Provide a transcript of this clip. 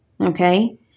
Okay